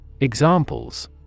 Examples